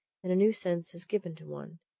and a new sense is given to one.